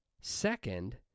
Second